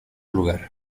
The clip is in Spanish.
lugar